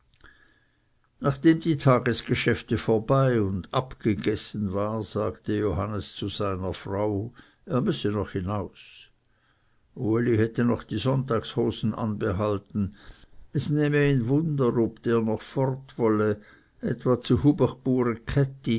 nachdem die tagesgeschäfte vorbei und abgegessen war sagte johannes zu seiner frau er müsse noch hinaus uli hätte noch die sonntagshosen anbehalten es nehme ihn wunder ob der noch fortwolle etwa zu